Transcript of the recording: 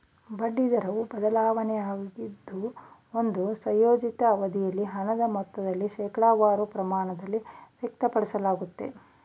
ಬಡ್ಡಿ ದರವು ಬದಲಾವಣೆಯಾಗಿದ್ದು ಒಂದು ಸಂಯೋಜಿತ ಅವಧಿಯಲ್ಲಿ ಹಣದ ಮೊತ್ತದಲ್ಲಿ ಶೇಕಡವಾರು ಪ್ರಮಾಣದಲ್ಲಿ ವ್ಯಕ್ತಪಡಿಸಲಾಗುತ್ತೆ